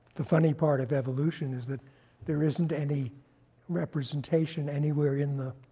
the funny part of evolution is that there isn't any representation anywhere in the